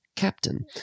captain